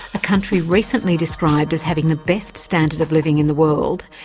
a country recently described as having the best standard of living in the world,